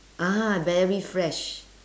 ah very fresh